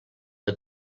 que